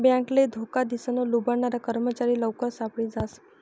बॅकले धोका दिसन लुबाडनारा कर्मचारी लवकरच सापडी जास